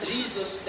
Jesus